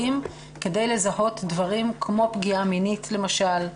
כדי לזהות דברים כמו פגיעה מינית למשל,